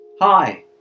Hi